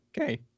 okay